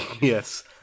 Yes